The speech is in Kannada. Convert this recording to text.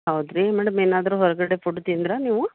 ಹೌದು ರಿ ಮೇಡಮ್ ಏನಾದರೂ ಹೊರಗಡೆ ಫುಡ್ ತಿಂದಿರಾ ನೀವು